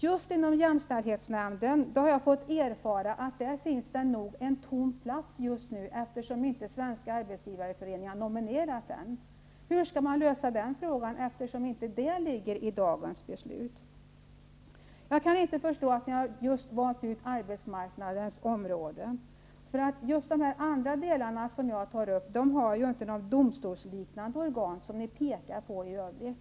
Jag har erfarit att det i jämställdhetsnämnden finns en tom plats, eftersom Svenska arbetsgivareföreningen inte har nominerat den. Hur skall man lösa den frågan, eftersom det här inte finns med i dagens beslut? Jag kan inte förstå varför ni har valt ut arbetsmarknadsområdet. De andra områden som jag tar upp har inte något domstolsliknande organ, som ni pekar på i övrigt.